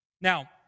Now